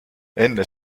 enne